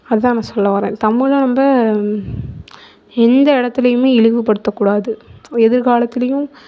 அதான் நான் சொல்ல வரேன் தமிழில் நம்ப எந்த இடத்துலயுமே இழிவுப்படுத்த கூடாது எதிர்காலத்துலையும்